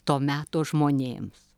to meto žmonėms